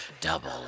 double